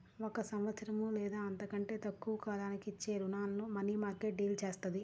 ఒక సంవత్సరం లేదా అంతకంటే తక్కువ కాలానికి ఇచ్చే రుణాలను మనీమార్కెట్ డీల్ చేత్తది